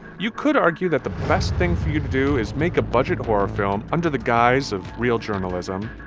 you could argue that the best thing for you to do is make a budget horror film under the guise of real journalism,